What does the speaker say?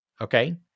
Okay